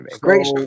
great